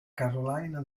carolina